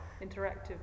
interactive